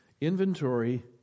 inventory